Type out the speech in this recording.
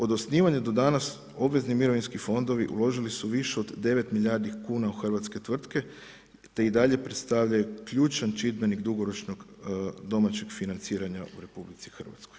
Od osnivanja do danas, obvezni mirovinski fondovi uložili su više od 9 milijardi kuna u hrvatske tvrtke te i dalje predstavljaju ključan čimbenik dugoročnog domaćeg financiranja u RH.